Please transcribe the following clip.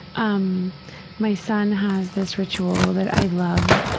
um my son has this ritual that i love.